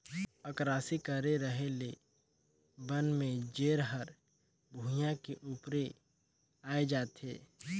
अकरासी करे रहें ले बन में जेर हर भुइयां के उपरे आय जाथे